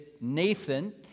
Nathan